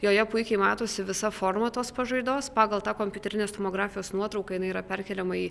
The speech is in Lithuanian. joje puikiai matosi visa forma tos pažaidos pagal tą kompiuterinės tomografijos nuotrauką jinai yra perkeliama į